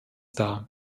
dar